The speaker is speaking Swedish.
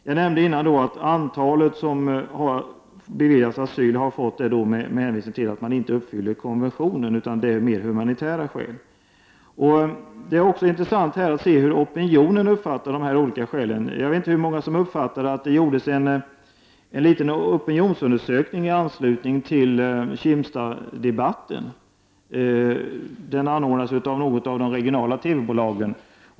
Jag talade tidigare om antalet asylsökande som har beviljats asyl inte med hänvisning till att de uppfyller konventionen utan mer av humanitära skäl. Det är i detta sammanhang intressant att se hur opinionen uppfattar de olika skälen för asyl. I anslutning till Kimstaddebatten gjordes det en liten opinionsundersökning som anordnades av något av de regionala TV-bolagen.